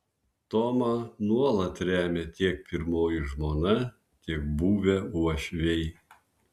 tomą nuolat remia tiek pirmoji žmona tiek buvę uošviai